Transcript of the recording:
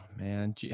man